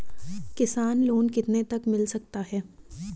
किसान लोंन कितने तक मिल सकता है?